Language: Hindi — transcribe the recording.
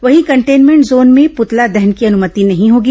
वहीं कंटेनमेंट जोन में पुतला दहन की अनुमति नहीं होगी